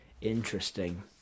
interesting